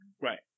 Right